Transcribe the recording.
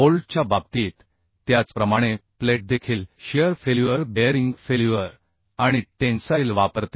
बोल्टच्या बाबतीत त्याचप्रमाणे प्लेट देखील शियर फेल्युअर बेअरिंग फेल्युअर आणि टेन्साइल वापरते